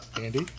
Andy